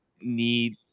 need